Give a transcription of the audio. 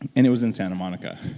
and it was in santa monica,